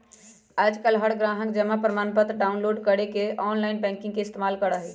आजकल हर ग्राहक जमा प्रमाणपत्र डाउनलोड करे ला आनलाइन बैंकिंग के इस्तेमाल करा हई